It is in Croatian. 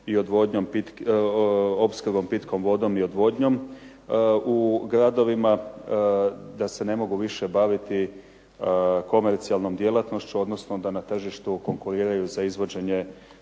i odvodnjom, opskrbom pitkom vodom i odvodnjom u gradovima, da se ne mogu više baviti komercijalnom djelatnošću, odnosno da na tržištu konkuriraju za izvođenje